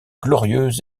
glorieux